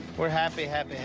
we're happy, happy,